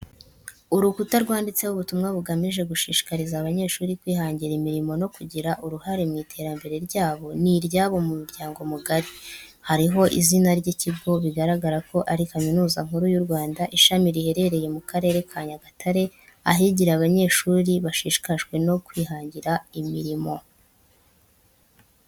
Urukuta rwanditseho ubutumwa bugamije gushishikariza abanyeshuri kwihangira imirimo no kugira uruhare mu iterambere ryabo n'iry'abo mu muryango mugari. Hariho izina ry'ikigo bigaragara ko ari kaminuza nkuru y'Urwanda ishami riherereye mu karere ka nyagatare ahigira abanyeshuri bashishikajwe no kwihangira imirimo.